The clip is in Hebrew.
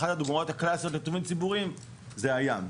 אחת הדוגמאות הקלאסיות לטובין ציבוריים זה הים.